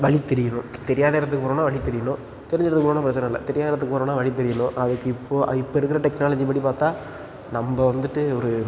வழி தெரியுணும் தெரியாத இடத்துக்கு போகிறோன்னா வழி தெரியுணும் தெரிஞ்ச இடத்துக்கு போகிறோன்னா பிரச்சனைல்ல தெரியாத இடத்துக்கு போகிறோன்னா வழி தெரியுணும் அதுக்கு இப்போது இப்போ இருக்கிற டெக்னாலஜி படி பார்த்தா நம்ம வந்துட்டு ஒரு